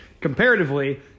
comparatively